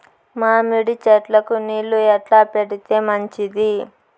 మామిడి చెట్లకు నీళ్లు ఎట్లా పెడితే మంచిది?